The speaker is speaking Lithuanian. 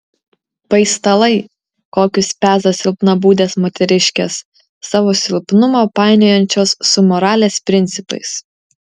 paistalai kokius peza silpnabūdės moteriškės savo silpnumą painiojančios su moralės principais